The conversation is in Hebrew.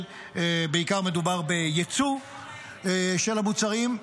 בעיקר מדובר ביצוא של המוצרים.